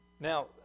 Now